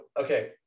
okay